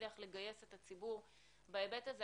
שנצליח לגייס את הציבור בהיבט הזה,